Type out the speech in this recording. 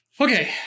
okay